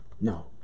No